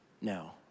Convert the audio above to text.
No